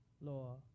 law